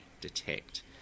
detect